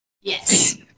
Yes